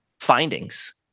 findings